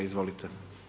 Izvolite.